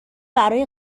برای